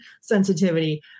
sensitivity